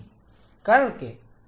કારણ કે તે પીડા આપે છે